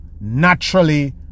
naturally